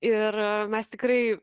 ir mes tikrai